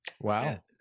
Wow